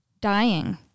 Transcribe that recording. dying